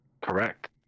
correct